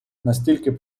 настільки